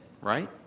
right